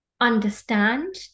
understand